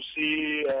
see